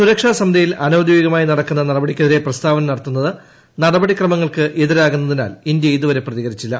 സൂരക്ഷാ സമിതിയിൽ അനൌദ്യോഗികമായി നടക്കുന്ന നടപടിയ്ക്കെതിരെ പ്രസ്താവന നടത്തുന്നത് നടപടിക്രമങ്ങൾക്ക് എതിരാകുന്നതിനാൽ ഇന്ത്യ ഇതുവരെ പ്രതികരിച്ചില്ല